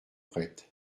prêtes